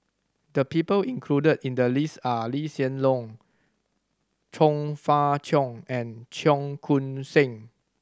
the people included in the list are Lee Hsien Loong Chong Fah Cheong and Cheong Koon Seng